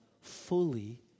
fully